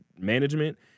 management